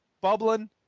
bubbling